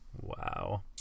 Wow